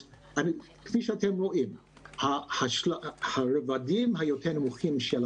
כפי שאתם רואים, הרבדים היותר נמוכים של